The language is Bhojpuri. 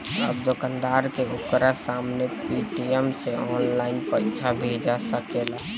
अब दोकानदार के ओकरा सामने पेटीएम से ऑनलाइन पइसा भेजा सकेला